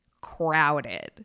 crowded